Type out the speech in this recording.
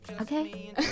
okay